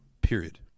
period